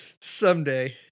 someday